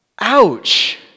Ouch